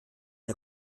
der